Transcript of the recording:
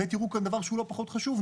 ותראו כאן דבר שהוא לא פחות חשוב,